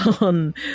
on